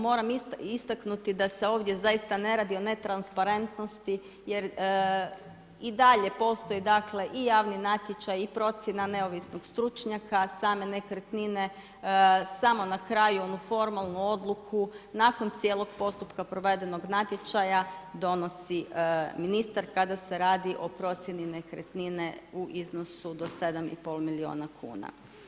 Moram istaknuti da se ovdje zaista ne radi o ne trasparentnosti jer i dalje postoji i javni natječaj i procjena neovisnog stručnjaka same nekretnine, samo na kraju onu formalnu odluku nakon cijelog postupka provedenog natječaja donosi ministar kada se radi o procjeni nekretnine u iznosu do 7,5 milijuna kuna.